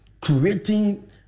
creating